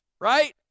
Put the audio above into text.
right